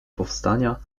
powstania